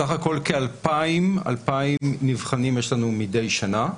סך הכול כ-2,000 נבחנים יש לנו מדי שנה.